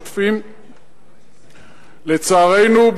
לצערנו,